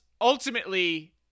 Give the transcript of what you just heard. ultimately